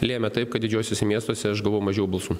lėmė taip kad didžiuosiuose miestuose aš gavau mažiau balsų